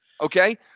Okay